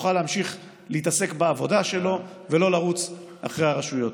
יוכל להמשיך להתעסק בעבודה שלו ולא לרוץ אחרי הרשויות.